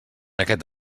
aquest